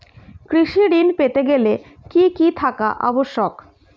কৃষি ঋণ পেতে গেলে কি কি থাকা আবশ্যক?